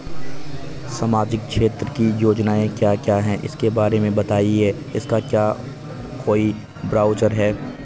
सामाजिक क्षेत्र की योजनाएँ क्या क्या हैं उसके बारे में बताएँगे इसका क्या कोई ब्राउज़र है?